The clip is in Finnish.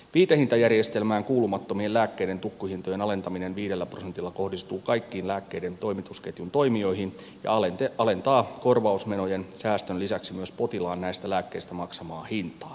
viitehintajärjestelmään kuulumattomien lääkkeiden tukkuhintojen alentaminen viidellä prosentilla kohdistuu kaikkiin lääkkeiden toimitusketjun toimijoihin ja alentaa korvausmenojen säästön lisäksi myös potilaan näistä lääkkeistä maksamaa hintaa